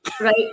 right